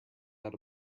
out